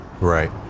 Right